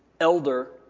Elder